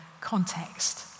context